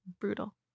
brutal